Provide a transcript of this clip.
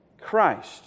Christ